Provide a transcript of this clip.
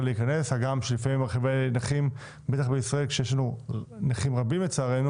להיכנס הגם שלפעמים רכב נכים - בטח בישראל כשיש לנו נכים רבים לצערנו